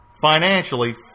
financially